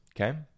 okay